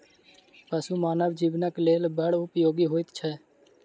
पशु मानव जीवनक लेल बड़ उपयोगी होइत छै